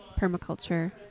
permaculture